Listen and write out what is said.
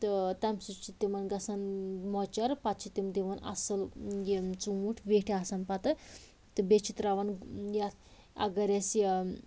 تہٕ تَمہِ سۭتۍ تِمن گَژھان مۄچر پتہٕ چھِ تِم دِوان اَصٕل یِم ژوٗنٛٹھۍ ویٚٹھۍ آسان پتہٕ تہٕ بیٚیہِ چھِ ترٛاوان یَتھ اگر اَسہِ یہِ